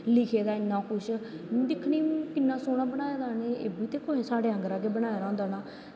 लिखे दे इन्ना कुश अऊं दिक्खनीं किन्ना सोह्नां बनाए दा एह् बी कुसै साढ़े आंह्गरा गै बनाए दा होंदा होनां